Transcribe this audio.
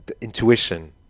intuition